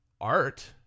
art